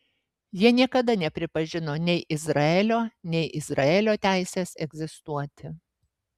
jie niekada nepripažino nei izraelio nei izraelio teisės egzistuoti